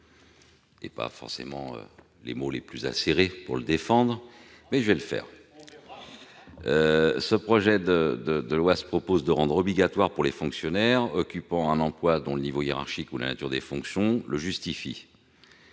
Le projet de loi prévoit de rendre obligatoire pour les « fonctionnaires occupant un emploi dont le niveau hiérarchique ou la nature des fonctions le justifient